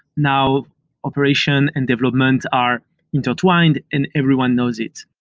now operation and development are intertwined and everyone knows it.